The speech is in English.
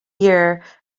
year